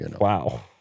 Wow